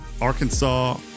Arkansas